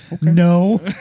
No